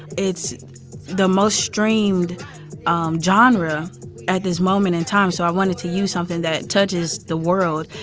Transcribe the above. it's the most streamed um genre at this moment in time. so i wanted to use something that touches the world,